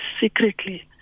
secretly